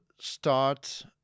start